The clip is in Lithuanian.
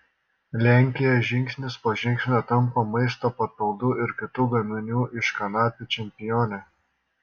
lenkija žingsnis po žingsnio tampa maisto papildų ir kitų gaminių iš kanapių čempione